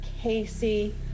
Casey